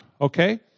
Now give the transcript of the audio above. okay